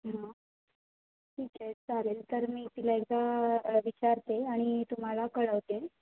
हां ठीक आहे चालेल तर मी तिला एकदा विचारते आणि तुम्हाला कळवते